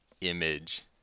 image